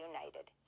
United